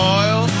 oil